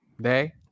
Day